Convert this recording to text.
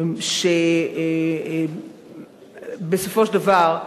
כי בסופו של דבר,